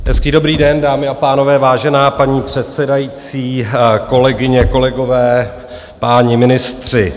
Hezký dobrý den, dámy a pánové, vážená paní předsedající, kolegyně, kolegové, páni ministři.